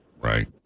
Right